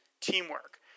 teamwork